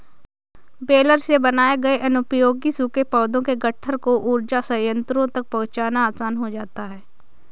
baler से बनाए गए अनुपयोगी सूखे पौधों के गट्ठर को ऊर्जा संयन्त्रों तक पहुँचाना आसान हो जाता है